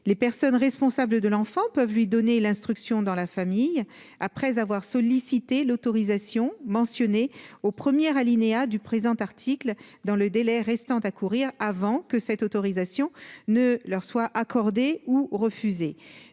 les personnes responsables de l'enfant peuvent lui donner l'instruction dans la famille après avoir sollicité l'autorisation mentionnés au 1er alinéa du présent article dans le délai restant à courir avant que cette autorisation ne leur soit accordée ou refusée,